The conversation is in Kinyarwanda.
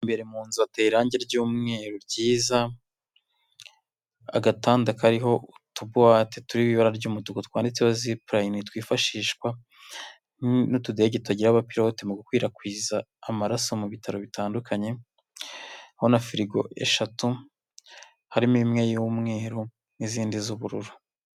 Imbere mu nzu hateye irangi ry'umweru ryiza, agatanda kariho utubuwate turiho ibara ry'umutuku twanditseho zipulayine twifashishwa n'utudege tutagira abapilote mu gukwirakwiza amaraso mu bitaro bitandukanye, ho na firigo eshatu harimo imwe y'umweru n'izindi z'ubururu.